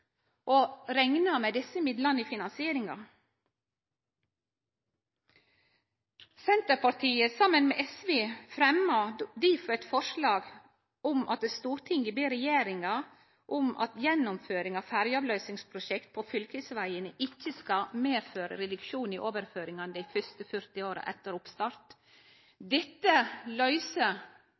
og rekna med desse midlane i finansieringa. Senterpartiet, saman med SV, fremjar difor eit forslag om at Stortinget ber regjeringa om at gjennomføring av ferjeavløysingsprosjekt på fylkesvegane ikkje skal medføre reduksjon i overføringane dei første 40 åra etter oppstart. Dette løyser